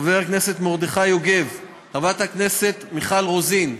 חבר הכנסת מרדכי יוגב, חברת הכנסת מיכל רוזין,